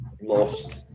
lost